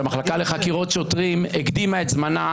כשהמחלקה לחקירות שוטרים הקדימה את זמנה